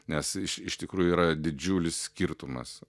nes iš tikrųjų yra didžiulis skirtumas